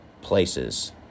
places